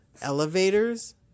elevators